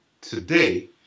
today